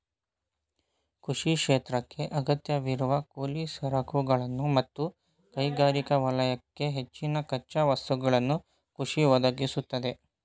ಕೃಷಿ ಕ್ಷೇತ್ರಕ್ಕೇ ಅಗತ್ಯವಿರುವ ಕೂಲಿ ಸರಕುಗಳನ್ನು ಮತ್ತು ಕೈಗಾರಿಕಾ ವಲಯಕ್ಕೆ ಹೆಚ್ಚಿನ ಕಚ್ಚಾ ವಸ್ತುಗಳನ್ನು ಕೃಷಿ ಒದಗಿಸ್ತದೆ